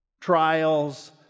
trials